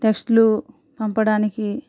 టెస్ట్లు పంపడానికి